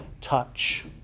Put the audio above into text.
touch